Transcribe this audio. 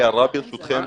ברשותך,